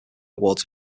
awards